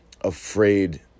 afraid